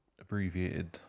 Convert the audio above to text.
abbreviated